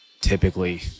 typically